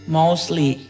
mostly